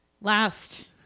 Last